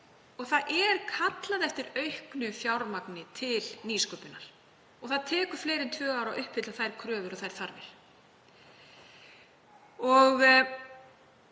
Það er kallað eftir auknu fjármagni til nýsköpunar og það tekur meira en tvö ár að uppfylla þær kröfur og þær þarfir. Um